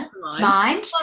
mind